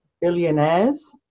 billionaires